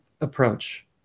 approach